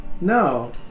No